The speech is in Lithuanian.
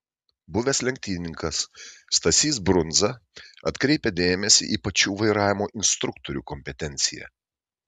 buvęs lenktynininkas stasys brundza atkreipia dėmesį į pačių vairavimo instruktorių kompetenciją